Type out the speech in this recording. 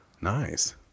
Nice